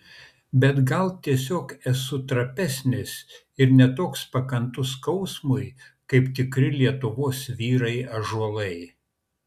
bet gal tiesiog esu trapesnis ir ne toks pakantus skausmui kaip tikri lietuvos vyrai ąžuolai